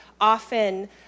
often